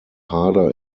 harder